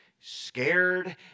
scared